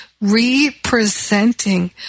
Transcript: representing